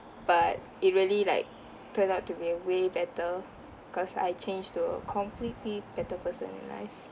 but it really like turned out to be way better cause I changed to a completely better person in life